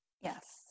Yes